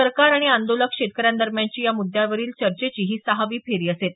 सरकार आणि आंदोलक शेतकऱ्यांदरम्यानची या मृद्यावरील चर्चेची ही सहावी फेरी असेल